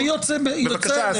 באמת, לבי יוצא אליך.